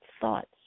thoughts